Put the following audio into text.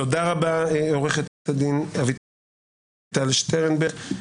תודה רבה עורכת הדין אביטל שטרנברג.